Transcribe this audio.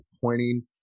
pointing